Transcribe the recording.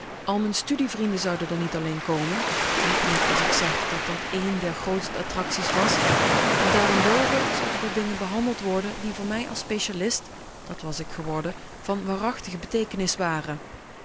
al m'n studievrienden zouden r niet alleen komen ik lieg niet als ik zeg dat dat een der grootste attracties was maar daarenboven zouden r dingen behandeld worden die voor mij als specialist dat was ik geworden van waarachtige beteekenis waren